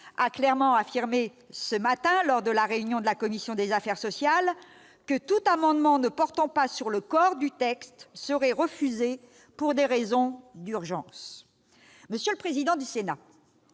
a clairement affirmé ce matin, lors de la réunion de la commission des affaires sociales, que tout amendement ne portant pas sur le corps du texte serait refusé pour des raisons d'urgence. Monsieur le président du Sénat,